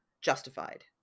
justified